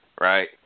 right